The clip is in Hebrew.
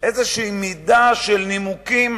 איזו מידה של, נימוקים